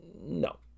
No